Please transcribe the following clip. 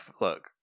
Look